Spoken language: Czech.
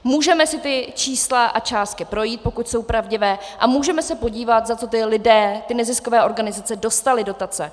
Můžeme si ta čísla a částky projít, pokud jsou pravdivé, a můžeme se podívat, za co ti lidé, ty neziskové organizace, dostali dotace.